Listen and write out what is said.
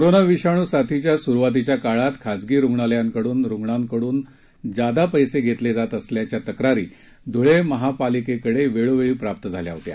corona विषाणु साथीच्या सुरूवातीच्या काळात खासगी रूग्णालयांकडून रूग्णांकडून जादा पैसे घेतले जात असल्याच्या तक्रारी धुळे महापालिकेकडे वेळोवेळी प्राप्त झाल्या होत्या